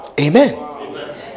Amen